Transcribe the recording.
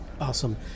Awesome